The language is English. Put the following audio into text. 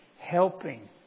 helping